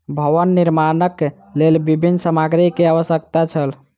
भवन निर्माणक लेल विभिन्न सामग्री के आवश्यकता छल